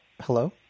Hello